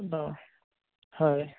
অঁ হয়